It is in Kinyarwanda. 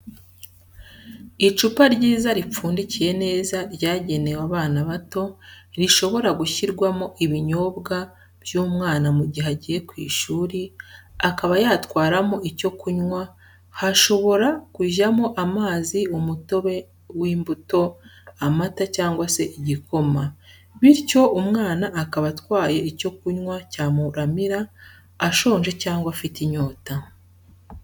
Icupa ryiza ripfundikiye neza ryagenewe abana bato rishobora gushyirwamo ibinyobwa by'umwana mu gihe agiye ku ishuri akaba yatwaramo icyo kunywa hashobora kujyamo amazi umutobe w'imbuto, amata cyangwa se igikoma bityo umwana akaba atwaye icyo kunywa cyamuramira ashonje cyangwa afite inyota